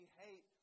hate